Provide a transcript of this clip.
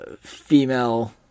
female